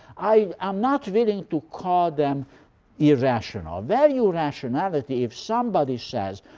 i am not willing to call them irrational value rationality, if somebody says,